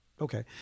okay